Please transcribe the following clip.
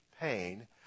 pain